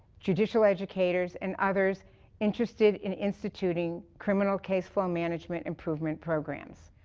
judicial educators, and others interested in instituting criminal caseflow management improvement programs.